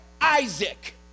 Isaac